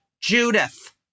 Judith